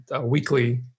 weekly